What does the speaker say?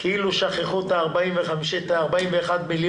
כאילו שכחו את ה-41 מיליון.